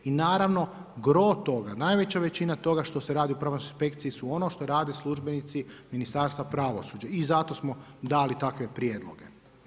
I naravno gro toga, najveća većina toga što se radi u pravosudnoj inspekciji su ono što rade službenici Ministarstva pravosuđa i zato smo dali takve prijedloge.